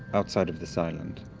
outside of this island?